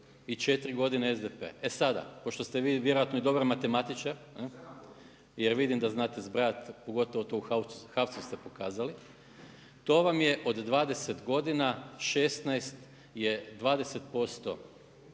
i 4 godine SDP. E sada pošto ste vi vjerojatno i dobar matematičar jer vidim da znate zbrajati pogotovo to u HAVC-u ste pokazali, to vam je od 20 godina 16 je 20%